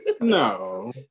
No